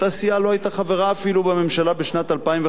אותה סיעה לא היתה חברה אפילו בממשלה בשנת 2005,